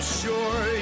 sure